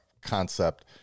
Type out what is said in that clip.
concept